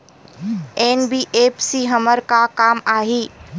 NBFC हमर का काम आही?